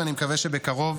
ואני מקווה שבקרוב